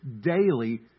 daily